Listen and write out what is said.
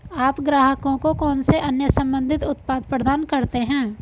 आप ग्राहकों को कौन से अन्य संबंधित उत्पाद प्रदान करते हैं?